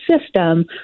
system